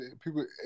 people –